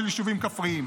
של יישובים כפריים,